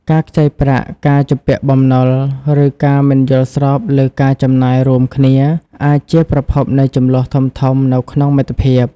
ការខ្ចីប្រាក់ ការជំពាក់បំណុល ឬការមិនយល់ស្របលើការចំណាយរួមគ្នា អាចជាប្រភពនៃជម្លោះធំៗនៅក្នុងមិត្តភាព ។